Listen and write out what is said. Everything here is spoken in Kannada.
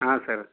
ಹಾಂ ಸರ್